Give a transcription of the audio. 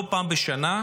לא פעם בשנה,